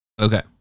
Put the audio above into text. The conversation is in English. Okay